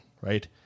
right